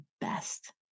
best